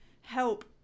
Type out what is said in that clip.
help